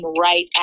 right